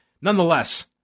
nonetheless